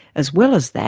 as well as that,